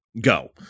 Go